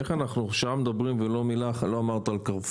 איך אנחנו מדברים שעה שלמה ולא אמרת מילה אחת על קרפור,